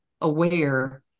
aware